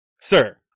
sir